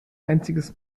einziges